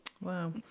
Wow